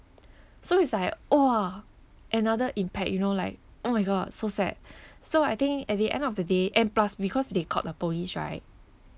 so it's like !wah! another impact you know like oh my god so sad so I think at the end of the day and plus because they called the police right